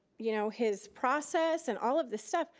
you know his process and all of this stuff.